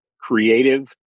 creative